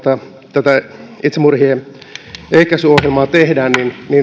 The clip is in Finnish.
tätä itsemurhien ehkäisyohjelmaa tehdään